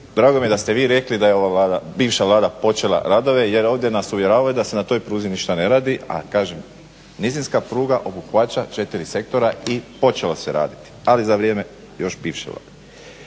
drago mi je da ste vi rekli da je bivša Vlada počela radove jer ovdje nas uvjeravaju da se na toj pruzi ništa ne radi, a kažem nizinska pruga obuhvaća 4 sektora i počelo se raditi ali za vrijeme još bivše Vlade.